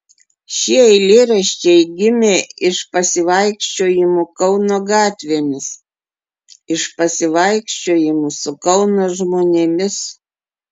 šie eilėraščiai gimė iš pasivaikščiojimų kauno gatvėmis iš pasivaikščiojimų su kauno žmonėmis